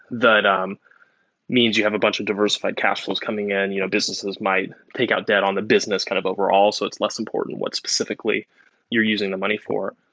that um means you have a bunch of diversified cash flows coming in. you know businesses might take out debt on the business kind of overall. so it's less important what specifically you're using the money for.